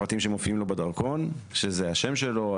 הפרטים שמופיעים לו בדרכון שזה השם שלו,